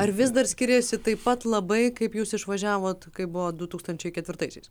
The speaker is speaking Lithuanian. ar vis dar skiriasi taip pat labai kaip jūs išvažiavot kai buvo du tūkstančiai ketvirtaisiais